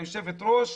היושבת-ראש,